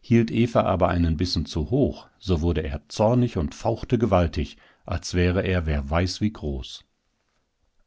hielt eva aber einen bissen zu hoch so wurde er zornig und fauchte gewaltig als wäre er wer weiß wie groß